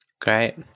Great